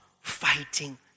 fighting